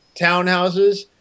townhouses